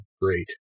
great